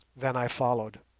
then i followed.